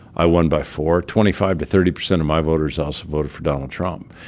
i won by four. twenty-five to thirty percent of my voters also voted for donald trump.